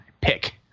Pick